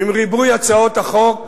עם ריבוי הצעות החוק,